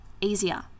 easier